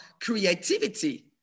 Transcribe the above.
creativity